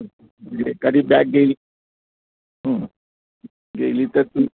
एखादी बॅग गेली गेली तर तुम्ही